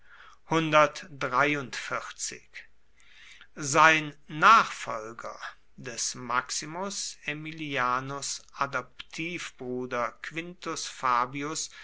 sein nachfolger des maximus aemilianus adoptivbruder quintus fabius